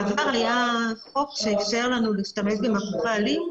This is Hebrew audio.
בעבר היה חוק שאפשר לנו להשתמש במפוחי עלים,